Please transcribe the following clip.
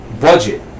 budget